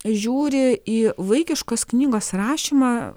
žiūri į vaikiškos knygos rašymą